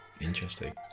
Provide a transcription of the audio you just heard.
Interesting